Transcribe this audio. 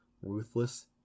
ruthless